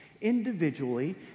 individually